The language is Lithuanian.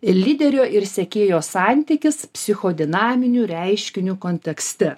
lyderio ir sekėjo santykis psichodinaminių reiškinių kontekste